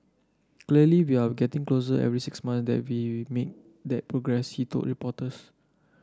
clearly we're getting closer every six month that we made that progress he told reporters